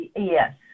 yes